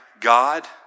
God